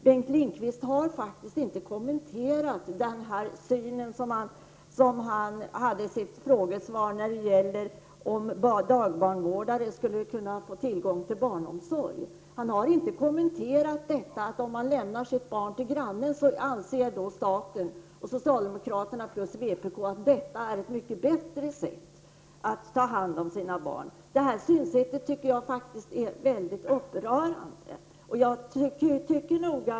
Bengt Lindqvist har faktiskt inte kommenterat sin syn, som han angav i frågesvaret, på om dagbarnvårdare skulle kunna få tillgång till barnomsorg. Staten, dvs. socialdemokraterna och vpk, anser att ett mycket bättre sätt att ta hand om barnen är att lämna över dem till grannen. Jag tycker att detta synsätt är upprörande.